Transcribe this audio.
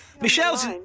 Michelle's